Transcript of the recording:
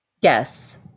Yes